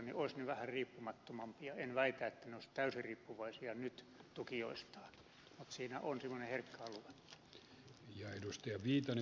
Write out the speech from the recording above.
en väitä että ne olisi täysin riippuvaisia nyt tukijoistaan mutta siinä on semmoinen herkkä alue